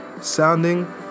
sounding